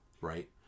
right